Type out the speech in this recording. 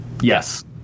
Yes